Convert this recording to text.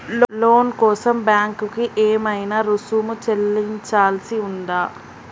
లోను కోసం బ్యాంక్ కి ఏమైనా రుసుము చెల్లించాల్సి ఉందా?